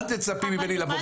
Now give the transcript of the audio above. אל תצפי ממני לבוא.